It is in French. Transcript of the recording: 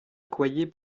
accoyer